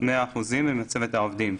100 אחוזים ממצבת העובדים,